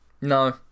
No